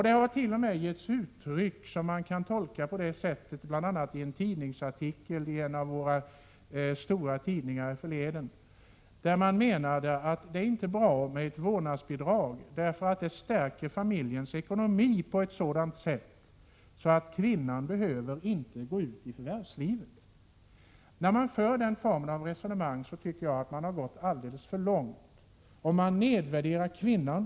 Denna inställning har kommit till uttryck bl.a. i en artikel härförleden i en av våra stora tidningar. Man menade där att det inte är bra med ett vårdnadsbidrag, eftersom det stärker familjens ekonomi på ett sådant sätt att kvinnan inte behöver gå ut i förvärvslivet. Jag tycker att man har gått alldeles för långt, när man för ett sådant resonemang. Man nedvärderar kvinnan.